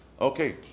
Okay